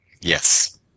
Yes